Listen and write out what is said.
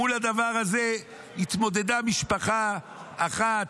מול הדבר הזה התמודדה משפחה אחת,